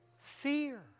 fear